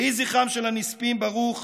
יהי זכרם של הנספים ברוך,